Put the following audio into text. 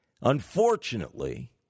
Unfortunately